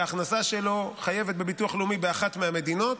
וההכנסה שלו חייבת בביטוח לאומי באחת מהמדינות,